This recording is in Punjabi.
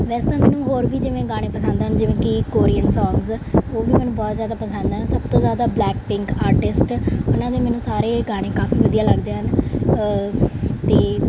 ਵੈਸੇ ਤਾਂ ਮੈਨੂੰ ਹੋਰ ਵੀ ਜਿਵੇਂ ਗਾਣੇ ਪਸੰਦ ਹਨ ਜਿਵੇਂ ਕਿ ਕੋਰੀਅਨ ਸੋਂਗਸ ਉਹ ਵੀ ਮੈਨੂੰ ਬਹੁਤ ਜ਼ਿਆਦਾ ਪਸੰਦ ਆ ਸਭ ਤੋਂ ਜ਼ਿਆਦਾ ਬਲੈਕਪਿੰਕ ਆਰਟਿਸਟ ਉਹਨਾਂ ਦੇ ਮੈਨੂੰ ਸਾਰੇ ਗਾਣੇ ਕਾਫੀ ਵਧੀਆ ਲੱਗਦੇ ਹਨ ਅਤੇ